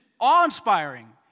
awe-inspiring